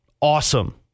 Awesome